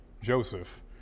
Joseph